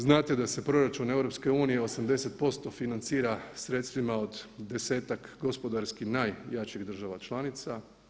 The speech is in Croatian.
Znate da se Proračun EU 80% financira sredstvima od 10-ak gospodarski najjačih država članica.